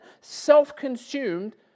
self-consumed